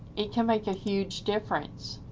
it can make a huge difference.